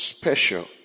special